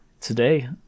Today